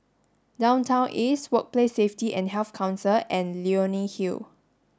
Downtown East Workplace Safety and Health Council and Leonie Hill